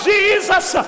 Jesus